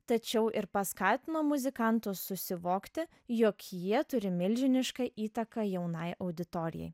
tačiau ir paskatino muzikantus susivokti jog jie turi milžinišką įtaką jaunai auditorijai